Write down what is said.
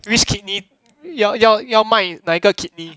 which kidney 要要要卖哪一个 kidney